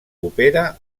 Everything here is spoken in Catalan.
opera